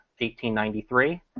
1893